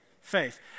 faith